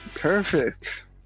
Perfect